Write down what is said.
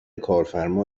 کارفرما